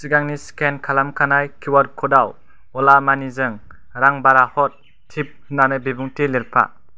सिगांनि स्केन खालामखानाय Q R ख'डाव अला मानि जों रां बारा हर टिप होन्नानै बिबुंथि लिरफा